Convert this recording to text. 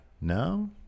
No